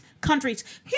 countries